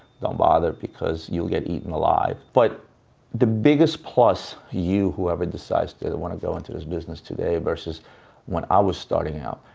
don't bother because you'll get eaten alive. but the biggest plus, you whoever decides to want to go into this business today, versus when i was starting out,